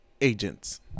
agents